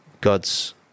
God's